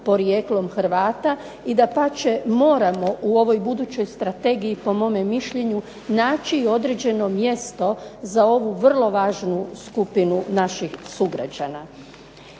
podrijetlom Hrvata, i dapače moramo u ovoj budućoj strategiji po mome mišljenju naći mjesto za ovu vrlo važnu skupinu naših sugrađana.